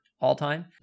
all-time